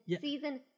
season